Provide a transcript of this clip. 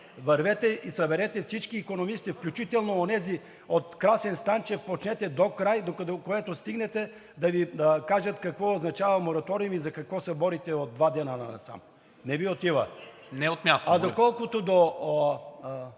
вървете и съберете всички икономисти, включително онези – от Красен Станчев почнете докрай, докъдето стигнете, да Ви кажат какво означава мораториум и за какво се борите от два дни насам. Не Ви отива… (Реплики от